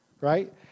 right